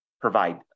provide